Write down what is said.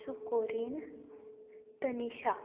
सुकोरिन Tanisha